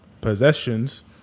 possessions